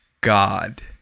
God